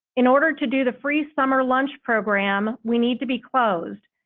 in order to do the free summer lunch program we need to be closed.